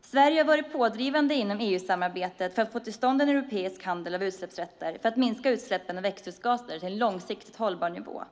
Sverige har varit pådrivande inom EU-samarbetet för att få till stånd en europeisk handel av utsläppsrätter för att minska utsläppen av växthusgaser till en långsiktigt hållbar nivå.